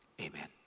amen